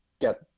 get